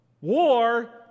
War